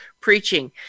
preaching